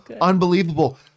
unbelievable